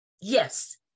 yes